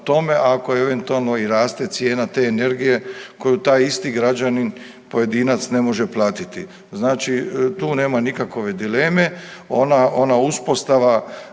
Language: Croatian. tome, ako eventualno i raste cijena te energije koju taj isti građanin pojedinac ne može platiti. Znači tu nema nikakove dileme, ona ona uspostava